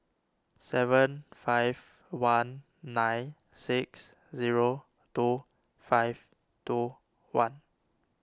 seven five one nine six zero two five two one